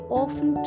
often